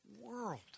world